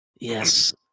Yes